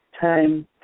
time